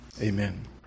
Amen